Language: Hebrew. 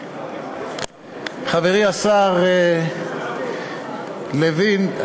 חברי השר לוין,